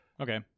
Okay